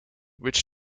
which